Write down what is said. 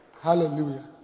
Hallelujah